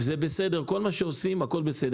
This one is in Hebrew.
זה בסדר, כל מה שעושים הכול בסדר.